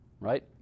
right